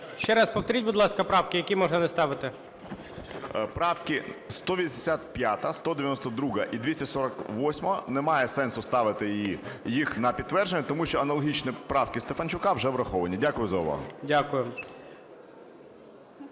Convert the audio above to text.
Ще раз повторіть, будь ласка, правки, які можна не ставити. АЛЄКСЄЄВ С.О. Правки 185, 192 і 248. Немає сенсу ставити їх на підтвердження, тому що аналогічні правки Стефанчука вже враховані. Дякую за увагу.